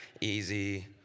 easy